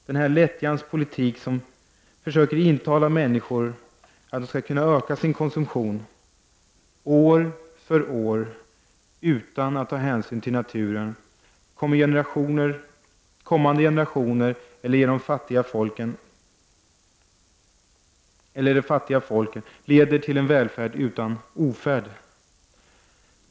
Denna lättjans politik — med vilken man försöker intala människor att de skall kunna öka sin konsumtion år för år utan att ta hänsyn till naturen, kommande generationer eller de fattiga folken — leder inte till välfärd utan till ofärd.